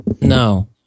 No